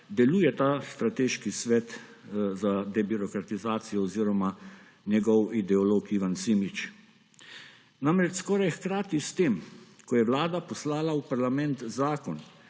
deluje Strateški svet za debirokratizacijo oziroma njegov ideolog Ivan Simič. Namreč, skoraj hkrati s tem, ko je Vlada poslala v parlament zakon